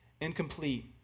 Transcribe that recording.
incomplete